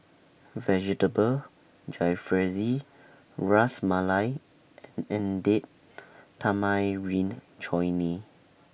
Vegetable Jalfrezi Ras Malai and Date Tamarind Chutney